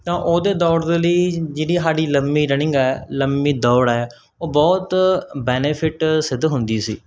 ਤਾਂ ਉਹਦੇ ਦੌੜ ਦੇ ਲਈ ਜਿਹੜੀ ਸਾਡੀ ਲੰਮੀ ਰਨਿੰਗ ਹੈ ਲੰਮੀ ਦੌੜ ਹੈ ਉਹ ਬਹੁਤ ਬੈਨੀਫਿਟ ਸਿੱਧ ਹੁੰਦੀ ਸੀ